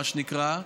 מה שנקרא,